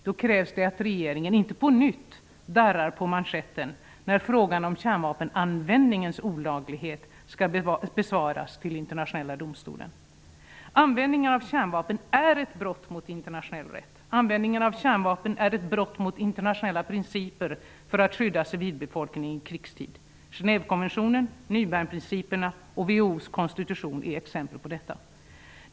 Då krävs det att regeringen inte på nytt darrar på manschetten när frågan om kärnvapenanvändningens olaglighet skall besvaras vid Internationella domstolen. Användningen av kärnvapen är ett brott mot internationell rätt. Användningen av kärnvapen är ett brott mot internationella principer för att skydda civilbefolkningen i krigstid. WHO:s konstitution är exempel på detta.